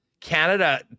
Canada